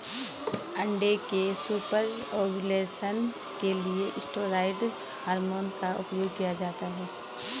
अंडे के super ovulation के लिए स्टेरॉयड हार्मोन का उपयोग किया जाता है